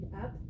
up